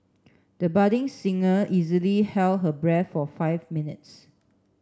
the budding singer easily held her breath for five minutes